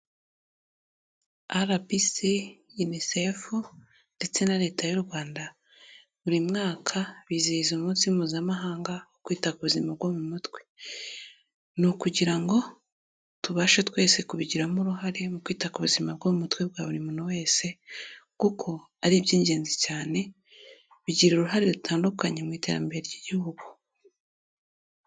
RBC, UNICEF ndetse na Leta y'u Rwanda, buri mwaka bizihiza umunsi Mpuzamahanga wo kwita ku buzima bwo mu mutwe, ni ukugira ngo tubashe twese kubigiramo uruhare mu kwita ku buzima bwo mutwe bwa buri muntu wese kuko ari iby'ingenzi cyane, bigira uruhare rutandukanye mu iterambere ry'igihugu.